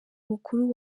mukuru